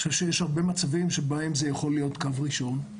יש הרבה מצבים שבהם זה יכול להיות קו ראשון,